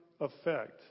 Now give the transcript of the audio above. effect